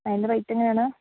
അതിന്റെ റേറ്റ് എങ്ങനെയാണ്